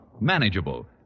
manageable